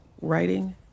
writing